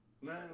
man